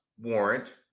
warrant